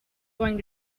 going